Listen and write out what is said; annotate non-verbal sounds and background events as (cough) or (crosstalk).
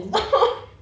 (laughs)